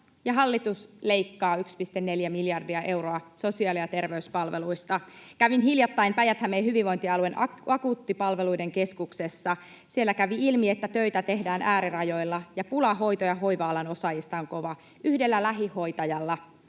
hallitus leikkaa 1,4 miljardia euroa sosiaali- ja terveyspalveluista. Kävin hiljattain Päijät-Hämeen hyvinvointialueen akuuttipalveluiden keskuksessa. Siellä kävi ilmi, että töitä tehdään äärirajoilla ja pula hoito- ja hoiva-alan osaajista on kova. Yhdellä lähihoitajalla